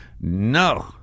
no